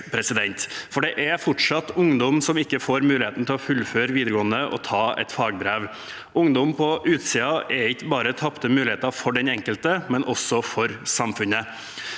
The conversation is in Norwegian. for det er fortsatt ungdom som ikke får muligheten til å fullføre videregående og ta et fagbrev. Ungdom på utsiden er ikke bare tapte muligheter for den enkelte, men også for samfunnet.